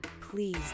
please